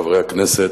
חברי הכנסת,